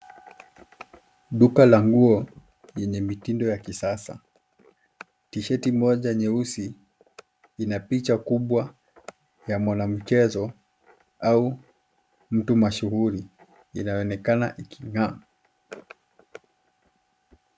Duka la nguo yenye mitindo ya kisasa. Tisheti moja nyeusi ina picha kubwa ya mwanamchezo au mtu mashuhuri inaonekana iking'aa.